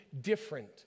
different